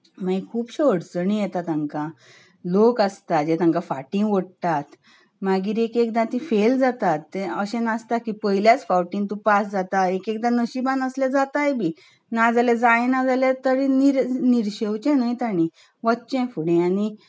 मागीर खुबशो अडचणी येतात तांकां लोक आसतात जें तांकां फाटी ओडटात मागीर एकएकदां तीं फेल जातात अशें नासता की पयल्याच फावटीन तूं पास जाता मागीर एक एकदां नशिबांत आसल्यार जाताय बी नाजाल्यार जायना जाल्यार तरीय निर्शेवचें न्ही तांणी वचचें फुडें आनी